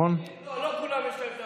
לא לכולם יש את,